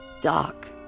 Dark